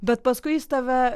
bet paskui jis tave